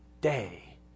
day